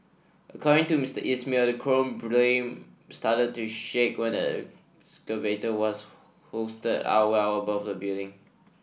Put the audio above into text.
according to Mister Is mail the crane boom started to shake when the excavator was hoisted up well above the building